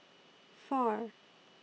four